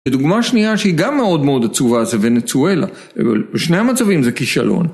ודוגמה שנייה שהיא גם מאוד מאוד עצובה זה ונצואלה בשני המצבים זה כישלון